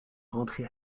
rentrer